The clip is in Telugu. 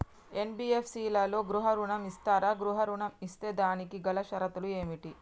ఎన్.బి.ఎఫ్.సి లలో గృహ ఋణం ఇస్తరా? గృహ ఋణం ఇస్తే దానికి గల షరతులు ఏమిటి?